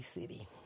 City